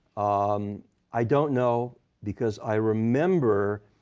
um i don't know because i remember